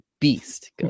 Beast